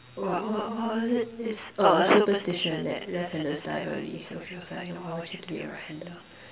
what what what is it this oh superstition that left handers die early so she was like you know I want you to be a right hander